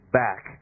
back